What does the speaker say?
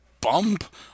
bump